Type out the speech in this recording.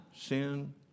sin